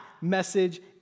message